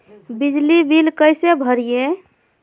बिजली बिल कैसे भरिए?